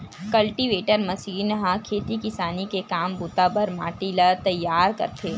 cultivator machine ह खेती किसानी के काम बूता बर माटी ल तइयार करथे